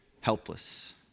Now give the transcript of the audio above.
helpless